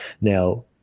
now